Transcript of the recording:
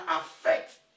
affect